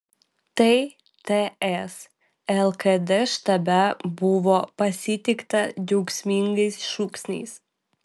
tai ts lkd štabe buvo pasitikta džiaugsmingais šūksniais